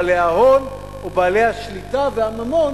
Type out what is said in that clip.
בעלי ההון או בעלי השליטה והממון?